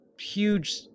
huge